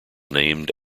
named